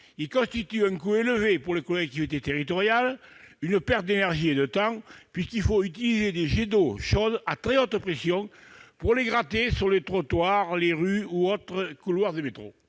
représentent un coût élevé pour les collectivités territoriales, une perte d'énergie et de temps, puisqu'il faut utiliser des jets d'eau chaude à très haute pression pour les retirer des trottoirs, des rues ou autres couloirs de métro.